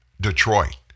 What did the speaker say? Detroit